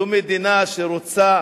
זו מדינה שרוצה